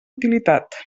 utilitat